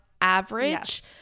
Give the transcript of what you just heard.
average